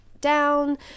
down